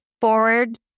forward